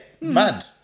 Mad